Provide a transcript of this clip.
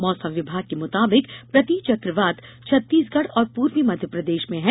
मौसम विभाग के मुताबिक प्रति चक्रवात छत्तीसगढ़ और पूर्वी मध्यप्रदेश में है